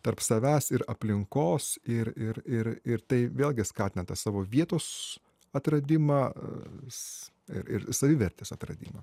tarp savęs ir aplinkos ir ir ir ir tai vėlgi skatina tą savo vietos atradimą ir savivertės atradimą